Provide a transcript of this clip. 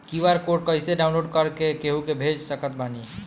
QR code कइसे download कर के केहु के भेज सकत बानी?